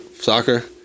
soccer